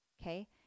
Okay